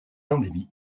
endémique